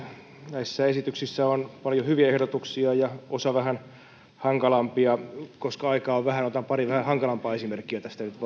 näissä esityksissä on paljon hyviä ehdotuksia mutta osa on vähän hankalampia koska aikaa on vähän otan vain pari vähän hankalampaa esimerkkiä tästä nyt